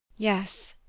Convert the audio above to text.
yes,